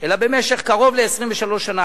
אלא במשך קרוב ל-23 שנה,